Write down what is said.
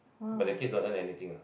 but the kids don't earn anything ah